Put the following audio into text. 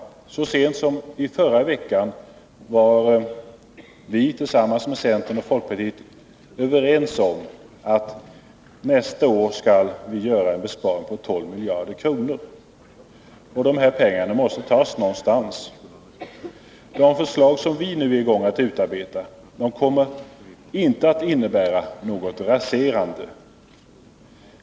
Så sent som i förra veckan var vi, centern och folkpartiet överens om att vi nästa år skall göra en besparing på 12 miljarder kronor. Dessa pengar måste tas någonstans. De förslag som vi nu är i färd med att utarbeta kommer inte att innebära något raserande.